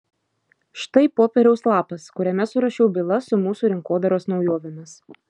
štai popieriaus lapas kuriame surašiau bylas su mūsų rinkodaros naujovėmis